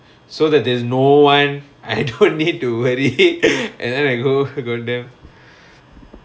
so that there is no one I don't need to worry and then I go go there